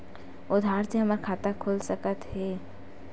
आधार से हमर खाता खुल सकत हे?